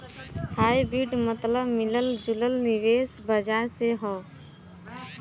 hybrid मतबल मिलल जुलल निवेश बाजार से हौ